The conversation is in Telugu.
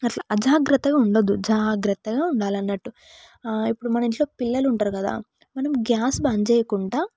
అట్లా అజాగ్రత్తగా ఉండద్దు జాగ్రత్తగా ఉండాలి అన్నట్టు ఇప్పుడు మన ఇంట్లో పిల్లలు ఉంటారు కదా మనం గ్యాస్ బంద్ చేయకుండా